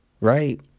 right